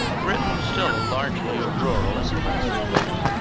britain was still a largely ah rural and placid place.